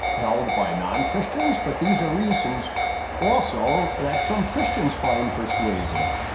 held by non-christians but these are reasons also that some christians find persuasive.